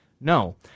No